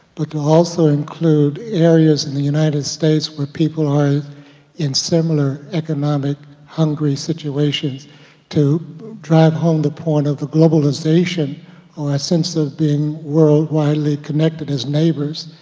to also include areas in the united states where people are in similar economic hungry situations to drive home the point of the globalization on a sense of being world-widely connected as neighbors,